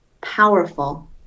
powerful